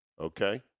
Okay